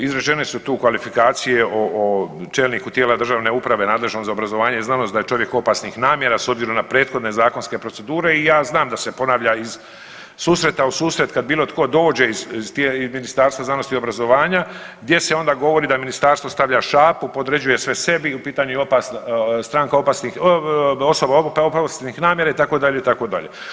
Izražene su tu kvalifikacije o čelniku tijela državne uprave nadležan za obrazovanje i znanost, da je čovjek opasnih namjera s obzirom na prethodne zakonske procedure i ja znam da se ponavlja iz susreta u susret kad bilo tko dođe iz Ministarstva znanosti i obrazovanja gdje se onda govori da ministarstvo stavlja šapu, podređuje sve sebi, u pitanju je .../nerazumljivo/... stranka opasnih, osoba ... namjera, itd., itd.